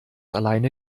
alleine